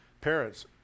parents